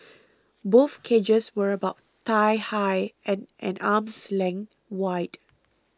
both cages were about thigh high and an arm's length wide